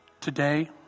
Today